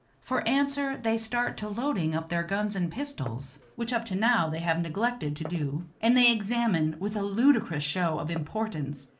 for answer they start to loading up their guns and pistols, which up to now they have neglected to do and they examine, with a ludicrous show of importance,